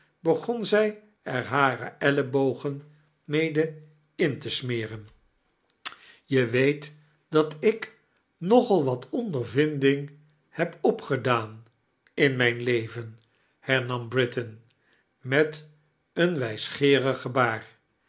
begon zij er hare ellebogen mede in te smeren je weet dat ik nogal wat ondexvinding heb opgedaan in mijn leven hemam britain met een wijsgeerig gebaar